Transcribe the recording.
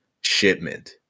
shipment